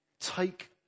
take